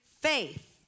faith